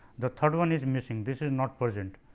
the third one is missing, this is not present.